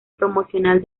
promocional